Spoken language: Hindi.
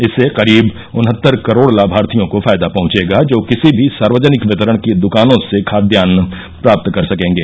इससे करीब उनहत्तर करोड़ लाभार्थियों को फायदा पहंचेगा जो किसी भी सार्वजनिक वितरण की दुकानों से खाद्यान्न प्राप्त कर सकेंगे